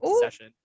session